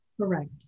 Correct